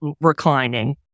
reclining